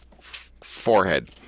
forehead